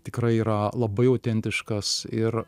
tikrai yra labai autentiškas ir